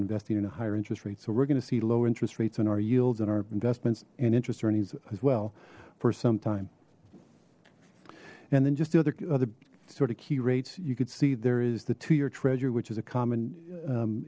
investing in a higher interest rate so we're gonna see low interest rates and our yields and our investments and interest earnings as well for some time and then just the other other sort of key rates you could see there is the two year treasure which is a common